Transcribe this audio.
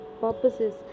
purposes